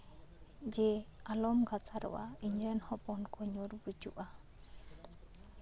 ᱡᱮ ᱟᱞᱚᱢ ᱜᱷᱟᱥᱟᱨᱚᱜᱼᱟ ᱤᱧ ᱨᱮᱱ ᱦᱚᱯᱚᱱ ᱠᱚ ᱧᱩᱨ ᱜᱩᱡᱩᱜᱼᱟ